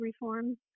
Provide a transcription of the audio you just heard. reforms